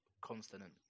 Consonant